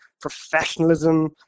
professionalism